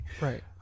Right